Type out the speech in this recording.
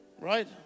Right